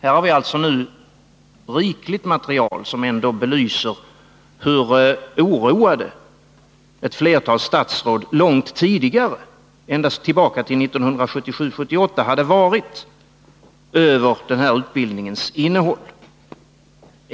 Här har vi nu rikligt material som belyser hur oroade ett flertal statsråd hade varit långt tidigare, tillbaka till 1977-1978, över denna utbildnings innehåll.